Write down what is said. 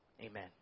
Amen